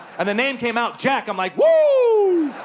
and the name came out jack. i'm like, woooo!